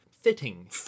fitting